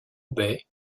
bei